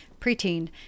preteen